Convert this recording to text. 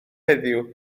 heddiw